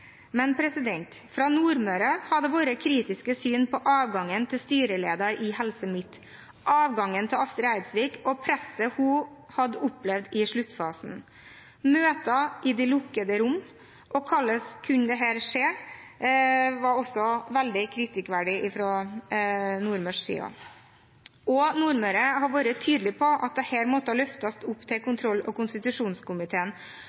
fra Nordmøre har det vært kritiske syn på avgangen til styreleder i Helse Midt-Norge, avgangen til Astrid Eidsvik og presset hun hadde opplevd i sluttfasen. Møter i de lukkede rom og hvordan dette kunne skje, var også veldig kritikkverdig sett fra nordmørsk side. Nordmøre har også vært tydelig på at dette måtte løftes opp til kontroll- og konstitusjonskomiteen